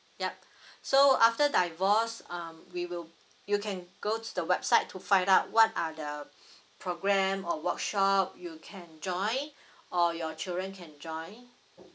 yup so after divorce um we will you can go to the website to find out what are the programme or workshop you can join or your children can join